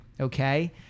okay